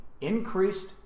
increased